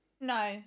No